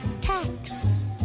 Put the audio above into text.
tax